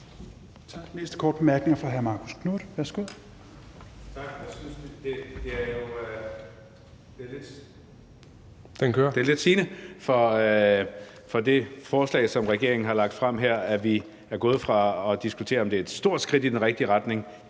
Tak. Den næste korte bemærkning er fra hr. Marcus Knuth.